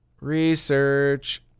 research